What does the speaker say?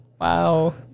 Wow